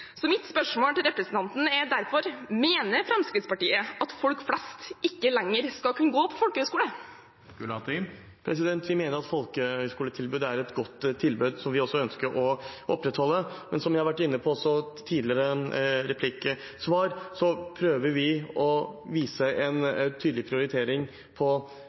Mitt spørsmål til representanten er derfor: Mener Fremskrittspartiet at folk flest ikke lenger skal kunne gå på folkehøyskole? Vi mener at folkehøyskoletilbud er et godt tilbud som vi også ønsker å opprettholde. Men som jeg har vært inne på også i tidligere replikksvar, prøver vi å vise en tydelig prioritering på